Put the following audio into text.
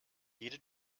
jede